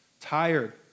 tired